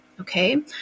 okay